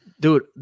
dude